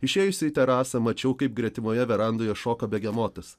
išėjusi į terasą mačiau kaip gretimoje verandoje šoka begemotas